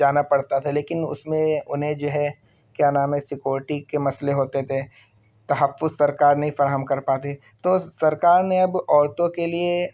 جانا پڑتا تھا لیکن اس میں انہیں جو ہے کیا نام ہے سیکورٹی کے مسئلے ہوتے تھے تحفظ سرکار نہیں فراہم کر پاتی تو سرکار نے اب عورتوں کے لیے